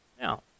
Now